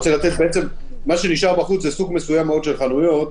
-- מה שנשאר בחוץ זה סוג מסוים מאוד של חנויות,